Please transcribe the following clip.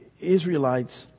Israelites